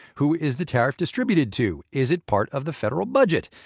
who is the tariff distributed to? is it part of the federal budget?